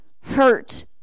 hurt